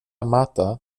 mata